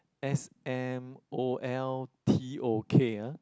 S M O L T O K ah